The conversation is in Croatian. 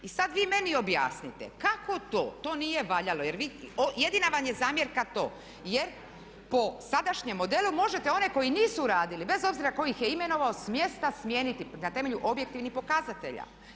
I sad vi meni objasnite kako to, to nije valjalo, jer jedina vam je zamjerka to jer po sadašnjem modelu možete one koji nisu radili bez obzira tko ih je imenovao smjesta smijeniti na temelju objektivnih pokazatelja.